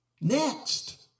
Next